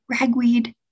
ragweed